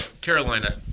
Carolina